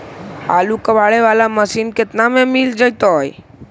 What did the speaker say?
आलू कबाड़े बाला मशीन केतना में मिल जइतै?